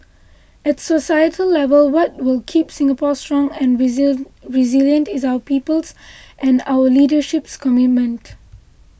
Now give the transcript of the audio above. at societal level what will keep Singapore strong and resilient is our people's and our leadership's commitment